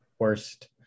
Worst